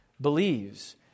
believes